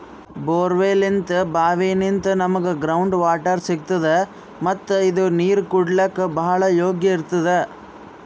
ಬೋರ್ವೆಲ್ನಿಂತ್ ಭಾವಿನಿಂತ್ ನಮ್ಗ್ ground water ಸಿಗ್ತದ ಮತ್ತ್ ಇದು ನೀರ್ ಕುಡ್ಲಿಕ್ಕ್ ಭಾಳ್ ಯೋಗ್ಯ್ ಇರ್ತದ್